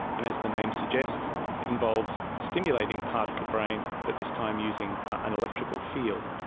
and, as the name suggests, it involves stimulating part of the brain but this time using an electrical field.